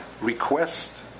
request